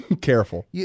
Careful